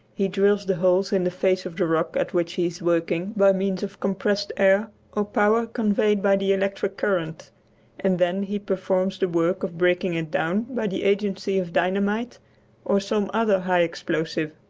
he drills the holes in the face of the rock at which he is working by means of compressed air or power conveyed by the electric current and then he performs the work of breaking it down by the agency of dynamite or some other high explosive.